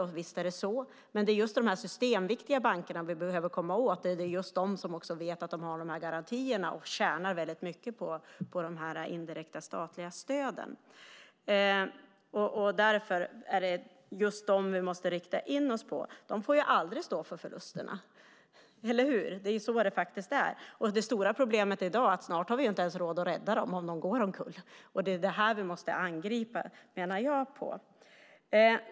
Visst är det så, men det är de systemviktiga bankerna vi behöver komma åt. Det är de som vet att de har garantier och det är de som tjänar mycket på de indirekta statliga stöden. Därför är det dem vi måste rikta in oss på. De behöver ju aldrig stå för förlusterna, eller hur. Det stora problemet i dag är att vi snart inte har råd att rädda dem om de går omkull. Det är det vi måste angripa, menar jag.